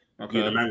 Okay